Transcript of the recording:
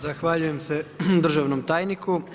Zahvaljujem se državnim tajniku.